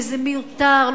וזה מיותר,